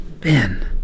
Ben